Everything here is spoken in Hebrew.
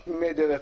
תמימי דרך,